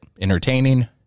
entertaining